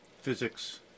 physics